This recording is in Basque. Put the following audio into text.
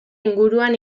inguruan